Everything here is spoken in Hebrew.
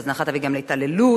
הזנחה תביא גם להתעללות,